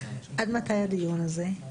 עד מתי הדיון הזה?